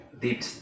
Deep